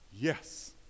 Yes